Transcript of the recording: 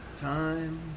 Time